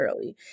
early